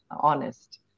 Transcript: honest